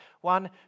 One